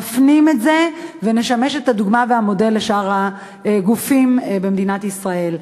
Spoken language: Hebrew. נפנים את זה ונשמש דוגמה ומודל לשאר הגופים במדינת ישראל.